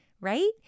right